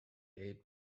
eight